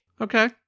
Okay